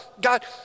God